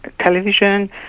television